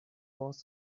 was